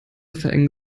verengen